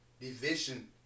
division